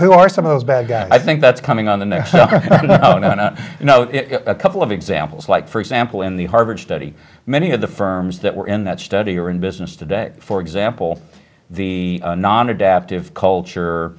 who are some of those bad guys i think that's coming on and then you know a couple of examples like for example in the harvard study many of the firms that were in that study are in business today for example the non adaptive culture